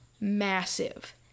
massive